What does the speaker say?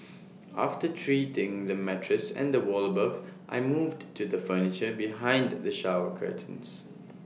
after treating the mattress and the wall above I moved to the furniture behind the shower curtains